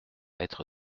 être